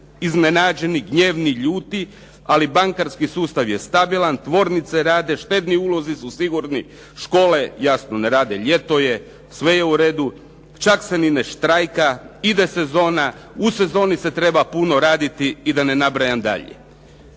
iznenađeni, gnjevni, ljuti, ali bankarski sustav je stabilan, tvornice rade, štedni ulozi su sigurni, škole jasno ne rade, ljeto je, sve je u redu, čak se ni ne štrajka, ide sezona. U sezoni se treba puno raditi i da ne nabrajam dalje.